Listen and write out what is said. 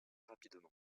rapidement